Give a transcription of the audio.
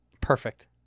Perfect